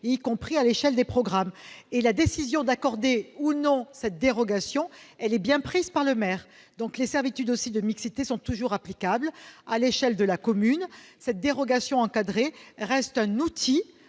y compris à l'échelle des programmes, et la décision d'accorder ou non cette dérogation est bien prise par le maire. Par conséquent, les servitudes de mixité sont toujours applicables à l'échelle de la commune. Cette dérogation encadrée reste un outil